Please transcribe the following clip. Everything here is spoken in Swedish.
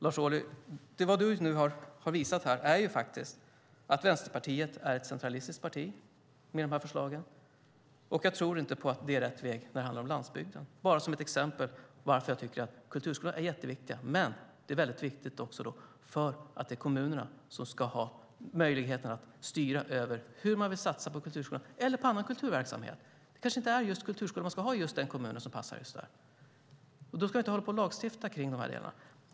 Det som du nu har visat här med dessa förslag, Lars Ohly, är faktiskt att Vänsterpartiet är ett centralistiskt parti. Jag tror inte att det är rätt väg när det handlar om landsbygden. Kulturskolan är mycket viktig, men det är också mycket viktigt att det är kommunerna som ska ha möjlighet att styra över hur de vill satsa på kulturskolan eller på annan kulturverksamhet. Det kanske inte är just kulturskolan som passar i en viss kommun. Då ska vi inte lagstifta om dessa delar.